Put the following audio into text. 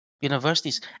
universities